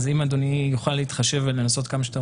אז אם אדוני יוכל להתחשב ולנסות כמה שיותר